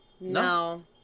No